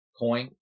coin